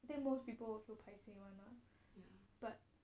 think most people will feel paiseh [one] lah but